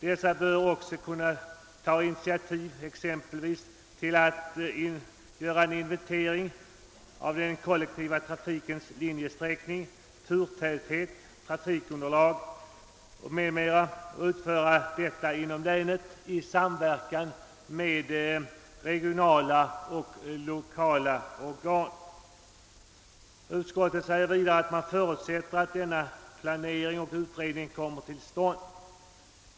Dessa bör också kunna ta initiativ exempelvis till att inventering av den kollektiva trafikens linjesträckning, turtäthet, trafikunderlag m.m. utförs inom länen i samverkan med regionala och lokala organ m.fl.> Utskottet säger vidare att utskottet förutsätter att denna planering och utredning kommer till stånd.